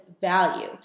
value